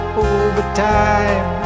overtime